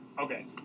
Okay